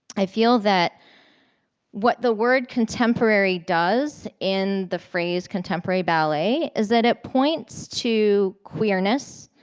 i feel that what the word contemporary does in the phrase contemporary ballet is that it points to queerness,